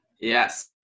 yes